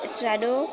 સ્વાદો